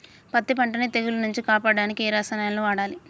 పత్తి పంటని తెగుల నుంచి కాపాడడానికి ఏ రసాయనాలను వాడాలి?